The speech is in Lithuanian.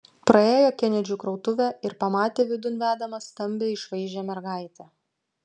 praėjo kenedžių krautuvę ir pamatė vidun vedamą stambią išvaizdžią mergaitę